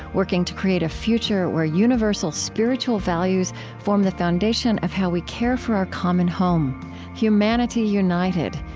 working to create a future where universal spiritual values form the foundation of how we care for our common home humanity united,